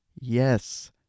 yes